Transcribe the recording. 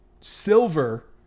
silver